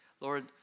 Lord